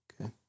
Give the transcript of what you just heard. Okay